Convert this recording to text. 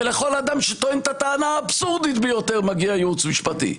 ולכל אדם שטוען את הטענה האבסורדית ביותר מגיע ייצוג משפטי,